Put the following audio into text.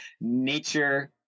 nature